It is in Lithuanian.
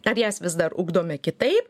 ar jas vis dar ugdome kitaip